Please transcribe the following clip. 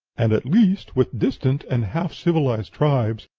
and, at least, with distant and half-civilized tribes,